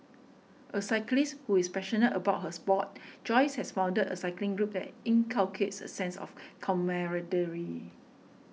a cyclist who is passionate about her sport Joyce has founded a cycling group that inculcates a sense of camaraderie